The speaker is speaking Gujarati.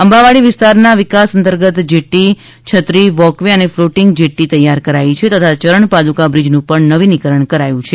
અંબાવાડી વિસ્તારના વિકાસ અંતર્ગત જેટ્ટી ઘાટ છત્રી વોકવે અને ફ્લોટિંગ જેટ્ટી તૈયાર કરાઇ છે તથા યરણ પાદુકા બ્રિજનું પણ નવીનીકરણ કરાયું છે